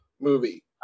movie